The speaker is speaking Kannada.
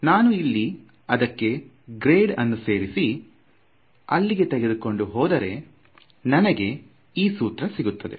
ನಾನು ಇಲ್ಲಿ ಅದಕ್ಕೆ ಗ್ರೇಡ್ ಅನ್ನು ಸೇರಿಸಿ ಅಲ್ಲಿಗೆ ತಗೆದುಕೊಂಡು ಹೋದರೆ ನನಗೆ ಈ ಸೂತ್ರ ಸಿಗುತ್ತದೆ